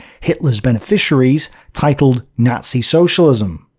hitler's beneficiaries, titled nazi socialism.